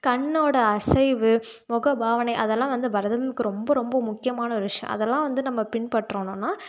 கண்ணோடய அசைவு முக பாவனை அதெல்லாம் வந்து பரதமுக்கு ரொம்ப ரொம்ப முக்கியமான ஒரு விஷயம் அதெல்லாம் வந்து நம்ம பின்பற்றுனோன்னால்